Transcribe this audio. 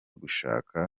gushaka